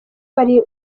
bari